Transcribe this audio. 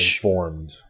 formed